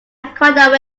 quite